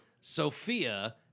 Sophia